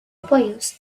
apoyos